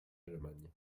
l’allemagne